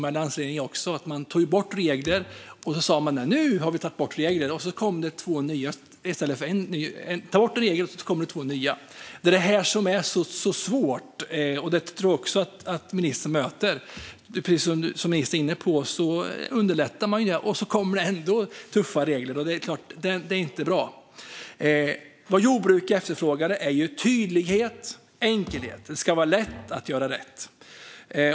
Alliansregeringen tog också bort regler. Nu har vi tagit bort regler! sa man - och så kom det två nya. Man tar bort en regel, och så kommer det två nya. Det är det som är så svårt, och det är det som ministern möter. Det är det som ministern är inne på: Man underlättar, och så kommer det ännu tuffare regler. Det är såklart inte bra. Vad jordbruket efterfrågar är tydlighet och enkelhet. Det ska vara lätt att göra rätt.